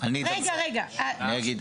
והמפכ"ל ביקש,